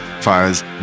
Fires